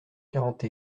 quarante